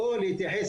או להתייחס